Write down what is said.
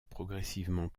progressivement